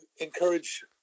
encourage